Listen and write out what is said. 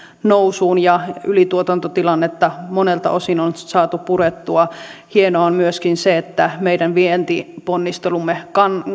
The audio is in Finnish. nousuun ja ylituotantotilannetta monelta osin on saatu purettua hienoa on myöskin se että meidän vientiponnistelumme